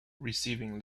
receiving